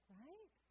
right